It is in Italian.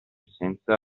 senza